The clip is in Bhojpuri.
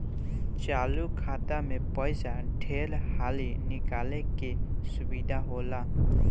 चालु खाता मे पइसा ढेर हाली निकाले के सुविधा होला